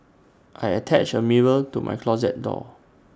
I attached A mirror to my closet door